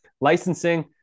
licensing